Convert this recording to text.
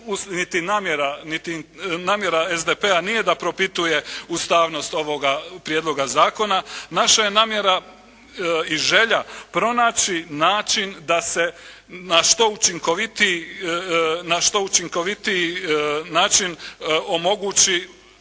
niti namjera SDP-a nije da propituje ustavnost ovoga prijedloga zakona, naša je namjera i želja pronaći način da se na što učinkovitiji način omogući